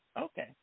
Okay